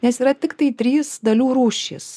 nes yra tiktai trys dalių rūšys